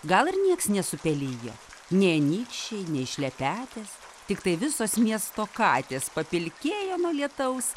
gal ir nieks nesupelijo nei anykščiai nei šlepetės tiktai visos miesto katės papilkėjo nuo lietaus